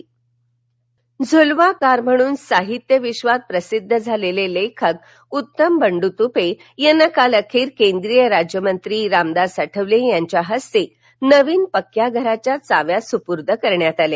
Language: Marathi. तपे झूलवा कार म्हणून साहित्यविश्वात प्रसिद्ध झालेले लेखक उत्तम बंडू तूपे यांना काल अखेर केंद्रीय राज्यमंत्री रामदास आठवले यांच्या हस्ते नवीन पक्क्या घराच्या चाव्या सुपूर्त करण्यात आल्या